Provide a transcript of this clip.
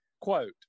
Quote